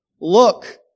Look